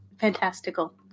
fantastical